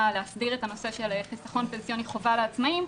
להסדיר את הנושא של חיסכון פנסיוני חובה לעצמאים,